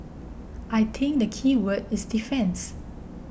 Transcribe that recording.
I think the keyword is defence